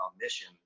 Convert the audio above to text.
mission